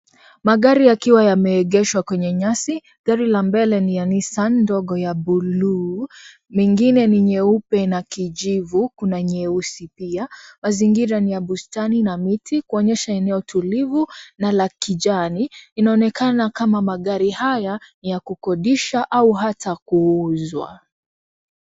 Magari yakiwa yameegeshwa kwenye nyasi, gari la mbele ni ya Nissan ndogo ya buluu, mengine ni nyeupe na kijivu kuna nyeusi pia, mazingira ni ya bustani na miti kuonyesha eneo tulivu na la kijani, inaonekana kama magari haya ni ya kukodisha au hata kuuzwa.